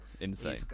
insane